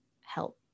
help